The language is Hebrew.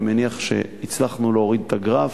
אני מניח שהצלחנו להוריד את הגרף.